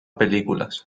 películas